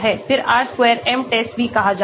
फिर R square m test भी कहा जाता है